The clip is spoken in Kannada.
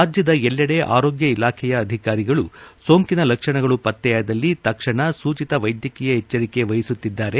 ರಾಜ್ಯದ ಎಲ್ಲೆಡೆ ಆರೋಗ್ಯ ಇಲಾಖೆಯ ಅಧಿಕಾರಿಗಳು ಸೋಂಕಿನ ಲಕ್ಷಣಗಳು ಪತ್ತೆಯಾದಲ್ಲಿ ತಕ್ಷಣ ಸೂಚಿತ ವೈದ್ಯಕೀಯ ಎಚ್ಯರಿಕೆ ವಹಿಸುತ್ತಿದ್ದಾರೆ